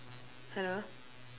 hello